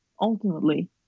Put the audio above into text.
ultimately